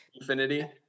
Infinity